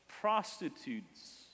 prostitutes